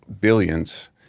billions